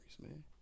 man